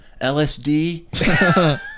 LSD